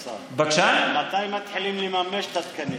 מתי מתחילים לממש את התקנים?